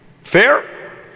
Fair